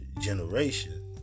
generation